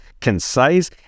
concise